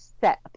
set